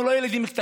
השר השיב: